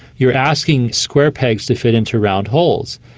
you're asking square pegs to fit into round holes,